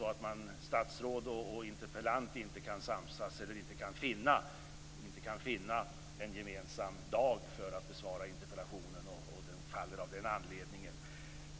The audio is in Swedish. Ibland kan statsråd och interpellant inte finna en gemensam dag för debatten om interpellationen, så att den av den anledningen faller.